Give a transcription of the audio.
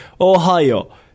Ohio